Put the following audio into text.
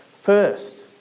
first